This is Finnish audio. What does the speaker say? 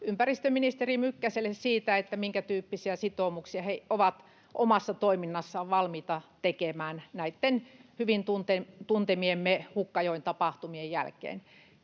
ympäristöministeri Mykkäselle siitä, minkätyyppisiä sitoumuksia he ovat omassa toiminnassaan valmiita tekemään näitten hyvin tuntemiemme Hukkajoen tapahtumien jälkeen.